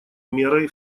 мерой